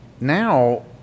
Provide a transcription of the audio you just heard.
now